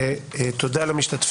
כל אחד יכול להקים עמותה,